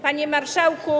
Panie Marszałku!